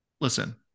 listen